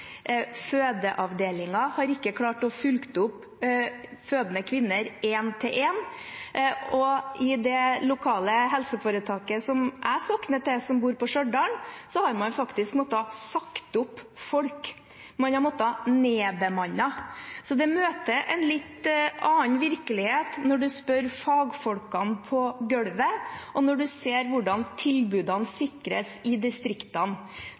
har ikke klart å følge opp fødende kvinner én-til-én, og i det lokale helseforetaket som jeg sogner til, som bor i Stjørdalen, har man faktisk måttet si opp folk, man har måttet nedbemanne. Så en møter en litt annen virkelighet når en spør fagfolkene på gulvet, og når en ser hvordan tilbudene sikres i distriktene.